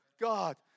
God